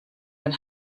ein